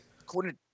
According